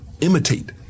imitate